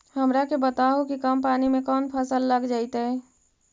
हमरा के बताहु कि कम पानी में कौन फसल लग जैतइ?